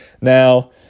Now